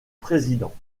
président